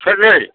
सेरनै